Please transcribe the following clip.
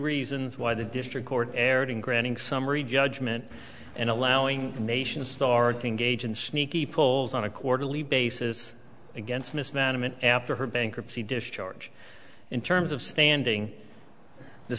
reasons why the district court erred in granting summary judgment and allowing nations starting gaijin sneaky pulls on a quarterly basis against mismanagement after her bankruptcy discharge in terms of standing the